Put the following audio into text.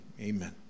amen